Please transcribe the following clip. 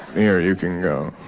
eeerrr, you can go.